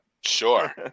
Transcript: Sure